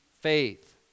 faith